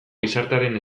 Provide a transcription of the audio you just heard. gizartearen